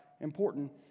important